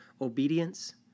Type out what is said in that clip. obedience